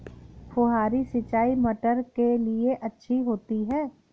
फुहारी सिंचाई मटर के लिए अच्छी होती है?